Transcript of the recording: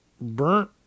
burnt